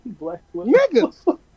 Niggas